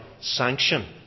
sanction